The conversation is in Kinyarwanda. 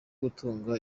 gutunga